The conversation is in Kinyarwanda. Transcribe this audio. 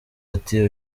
ati